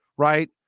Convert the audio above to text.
Right